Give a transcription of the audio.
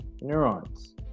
neurons